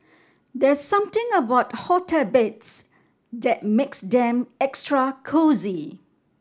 there's something about hotel beds that makes them extra cosy